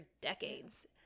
decades